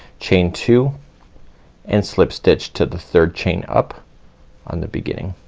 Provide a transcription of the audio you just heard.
chain two and slip stitch to the third chain up on the beginning